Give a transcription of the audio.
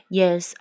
yes